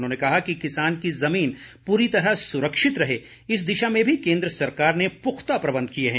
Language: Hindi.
उन्होंने कहा कि किसान की जमीन पूरी तरह सुरक्षित रहे इस दिशा में भी केन्द्र सरकार ने पुख्ता प्रबंध किए हैं